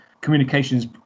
communications